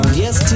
yes